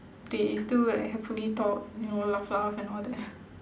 they still like happily talk you know laugh laugh and all that